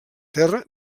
terra